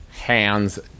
Hands